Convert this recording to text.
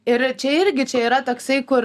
ir čia irgi čia yra toksai kur